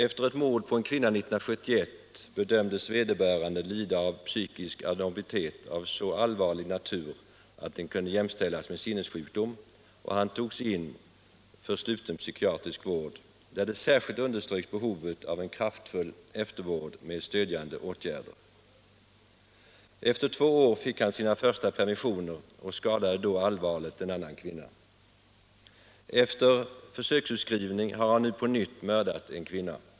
Efter ett mord på en kvinna 1971 bedömdes vederbörande lida av psykisk abnormitet av så allvarlig natur att den kunde jämställas med sinnessjukdom, och han togs in för sluten psykiatrisk vård, där behovet av en kraftfull eftervård med stödjande åtgärder särskilt underströks. Efter två år fick han sina första permissioner och skadade då allvarligt en annan kvinna. Efter försöksutskrivning har han nu på nytt mördat en kvinna.